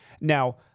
Now